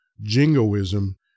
jingoism